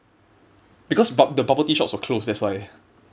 because bub~ the bubble tea shops were closed that's why